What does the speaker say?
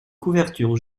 couverture